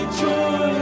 joy